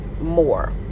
more